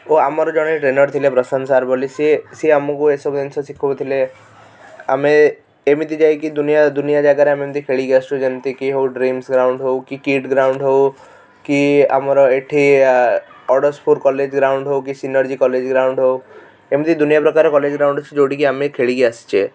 ଓ ଆମର ଜଣେ ଟ୍ରେନର ଥିଲେ ପ୍ରଶାନ୍ତ ସାର୍ ବୋଲି ସିଏ ସିଏ ଆମକୁ ଏସବୁ ଜିନିଷ ଶିଖାଉଥିଲେ ଆମେ ଏମିତି ଯାଇକି ଦୁନିଆ ଦୁନିଆ ଜାଗାରେ ଆମେ ଏମତି ଖେଳିକି ଆସୁଛୁ ଯେମିତି କି ହଉ ଡ୍ରିମ୍ସ ଗ୍ରାଉଣ୍ଡ ହଉ କି କିଟ୍ ଗ୍ରାଉଣ୍ଡ ହଉ କି ଆମର ଏଠି ଅଡ଼ଶପୁର କଲେଜ ଗ୍ରାଉଣ୍ଡ ହଉ କି ସିନର୍ଜି କଲେଜ ଗ୍ରାଉଣ୍ଡ ହଉ ଏମିତି ଦୁନିଆ ପ୍ରକାର କଲେଜ ଗ୍ରାଉଣ୍ଡ ଅଛି ଯେଉଁଠିକି ଆମେ ଖେଳିକି ଆସିଛେ